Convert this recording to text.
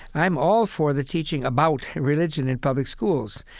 i'm all for the teaching about religion in public schools.